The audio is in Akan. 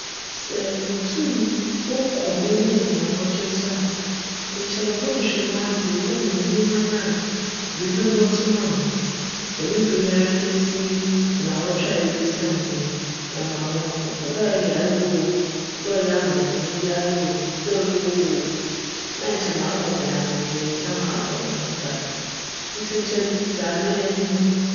Sj mutum mokc m'enyim ndaawctwe so a, nkyj mobchwehwj mu ara dze na meehu hcn a biribi bcto hcn djm ber yi ara kesi ndaawctwe a yebesan mu no na m'abc hcn kckc dj cyj yarba o, dj cyj amandzehu biara o, dj cyj owu o, nna nkyj m'abc hcn amandzjj na hcn abc hcnho ban. Ntsi nkyj dza mebjyj nye no.